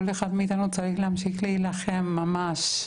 כל אחד מאיתנו צריך להמשיך להילחם, ממש.